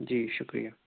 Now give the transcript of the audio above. جی شکریہ